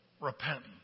Repentance